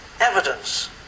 evidence